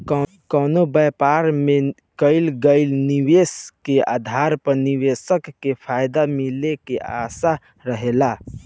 कवनो व्यापार में कईल गईल निवेश के आधार पर निवेशक के फायदा मिले के आशा रहेला